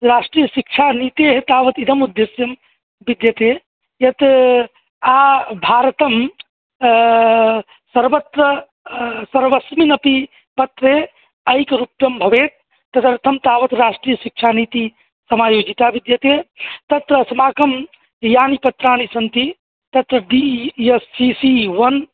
राष्ट्रियशिक्षानीतेः तावत् इदम् उद्देस्यं विद्यते यत आभारतं सर्वत्र सर्वस्मिन्नपि पत्रे ऐक्यरुक्तं भवेत् तदर्थं तावत् राष्ट्रियशिक्षानीतिः समायोजिता विद्यते तत्र अस्माकं यानि पत्राणि सन्ति तत्र D E S C C one